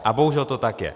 A bohužel to tak je.